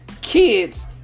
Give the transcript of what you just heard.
kids